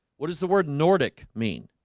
what does the word nordic mean?